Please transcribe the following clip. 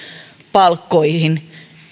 palkkoihin